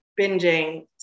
binging